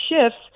shifts